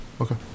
Okay